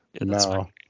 No